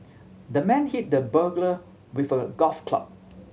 the man hit the burglar with a golf club